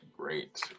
Great